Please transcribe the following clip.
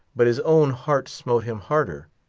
but his own heart smote him harder.